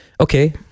Okay